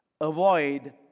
Avoid